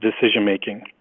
decision-making